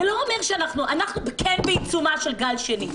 אנחנו כן בעיצומו של גל שני.